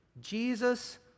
Jesus